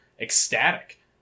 ecstatic